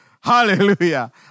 Hallelujah